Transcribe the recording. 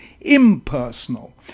impersonal